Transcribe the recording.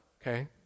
okay